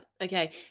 okay